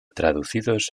traducidos